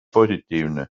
positiivne